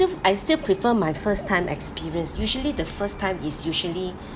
I still prefer my first time experience usually the first time is usually